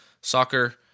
soccer